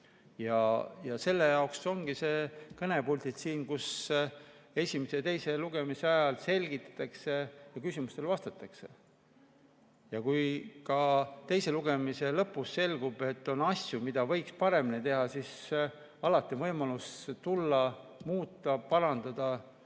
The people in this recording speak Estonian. Selle jaoks ongi siin see kõnepult, kus esimese ja teise lugemise ajal selgitatakse ja küsimustele vastatakse. Ja kui teise lugemise lõpus selgub, et on asju, mida võiks paremini teha, siis alati on võimalus tulla, muuta, parandada